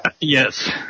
Yes